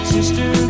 Sister